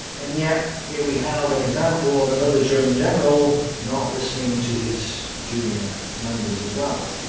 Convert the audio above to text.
and yet here we have an example of another german general not listening to his junior commanders as well.